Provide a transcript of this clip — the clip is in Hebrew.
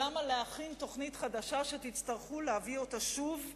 למה להכין תוכנית חדשה שתצטרכו להביא אותה שוב לכנסת,